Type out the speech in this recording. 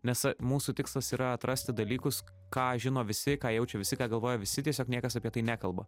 nes mūsų tikslas yra atrasti dalykus ką žino visi ką jaučia visi ką galvoja visi tiesiog niekas apie tai nekalba